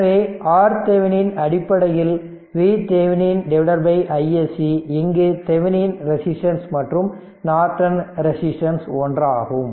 எனவே RThevenin அடிப்படையில் VThevenin by iSC இங்கு தெவெனின் ரெசிஸ்டன்ஸ் மற்றும் நார்டன் ரெசிஸ்டன்ஸ் ஒன்றாகும்